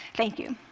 thank you.